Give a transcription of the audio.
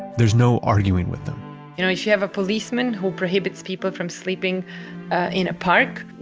there's no arguing with them you know if you have a policeman who prohibits people from sleeping in a park,